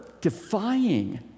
defying